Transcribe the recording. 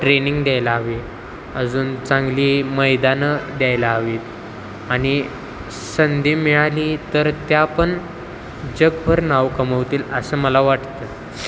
training द्यायला हवे अजून चांगली मैदानं द्यायला हवीत आणि संधी मिळाली तर त्या पण जगभर नाव कमवतील असं मला वाटतं